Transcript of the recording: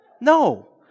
No